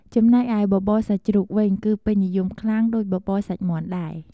ចំណែកឯបបរសាច់ជ្រូកវិញ ក៏ពេញនិយមខ្លាំងដូចបបរសាច់មាន់ដែរ។